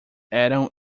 eram